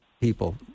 people